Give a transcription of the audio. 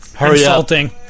insulting